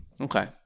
Okay